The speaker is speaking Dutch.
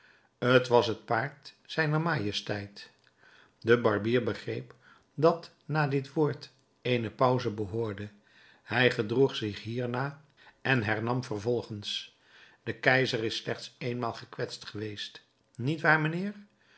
t was het paard zijner majesteit de barbier begreep dat na dit woord eene pauze behoorde hij gedroeg zich hiernaar en hernam vervolgens de keizer is slechts eenmaal gekwetst geweest niet waar mijnheer